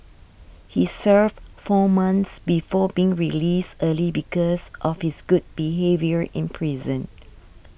he served four months before being released early because of his good behaviour in prison